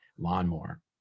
lawnmower